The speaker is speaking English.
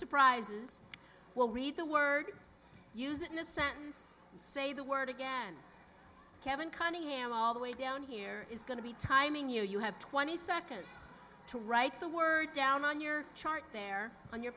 surprises well read the word use it in a sentence say the word again kevin cunningham all the way down here is going to be timing you have twenty seconds to write the word down on your chart there on your